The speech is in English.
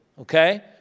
Okay